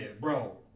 bro